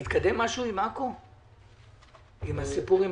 ועדת הכספים,